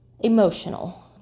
emotional